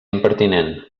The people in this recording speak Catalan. impertinent